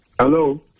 Hello